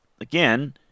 again –